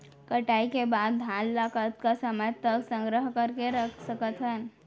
कटाई के बाद धान ला कतका समय तक संग्रह करके रख सकथन?